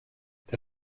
der